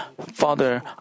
Father